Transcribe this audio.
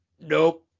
Nope